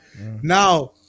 Now